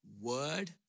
word